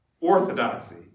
orthodoxy